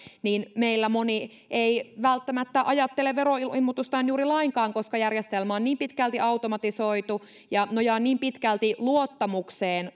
meillä moni ei välttämättä ajattele veroilmoitustaan juuri lainkaan koska järjestelmä on niin pitkälti automatisoitu ja nojaa niin pitkälti luottamukseen